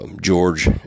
George